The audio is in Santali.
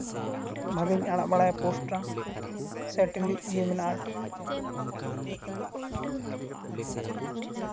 ᱚᱱᱟᱜᱤᱧ ᱟᱲᱟᱜ ᱵᱟᱲᱟᱭᱟ ᱯᱳᱥᱴᱟ ᱥᱮ ᱴᱮᱞᱤ ᱤᱭᱟᱹ ᱢᱮᱱᱟᱜᱼᱟ